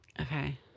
okay